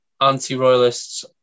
anti-royalists